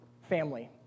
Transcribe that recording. family